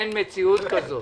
אין מציאות כזאת.